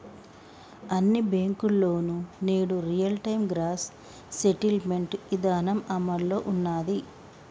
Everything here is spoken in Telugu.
అన్ని బ్యేంకుల్లోనూ నేడు రియల్ టైం గ్రాస్ సెటిల్మెంట్ ఇదానం అమల్లో ఉన్నాది